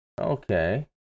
Okay